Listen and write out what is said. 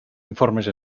informes